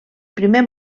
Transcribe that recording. primer